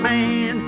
Man